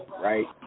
right